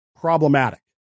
problematic